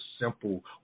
simple